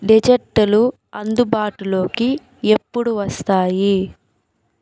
డిజర్టులు అందుబాటులోకి ఎప్పుడు వస్తాయి